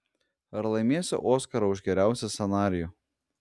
ar laimėsiu oskarą už geriausią scenarijų